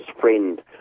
friend